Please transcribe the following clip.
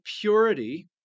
purity